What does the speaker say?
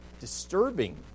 disturbing